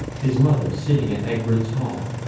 his mother sitting in egbert's hall,